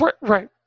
Right